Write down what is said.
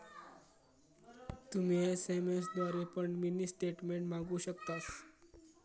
तुम्ही एस.एम.एस द्वारे पण मिनी स्टेटमेंट मागवु शकतास